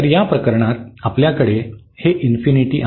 तर या प्रकरणात आपल्याकडे हे इन्फिनिटी infinity